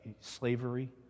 slavery